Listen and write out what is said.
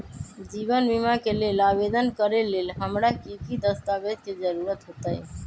जीवन बीमा के लेल आवेदन करे लेल हमरा की की दस्तावेज के जरूरत होतई?